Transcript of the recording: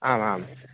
आम् आम्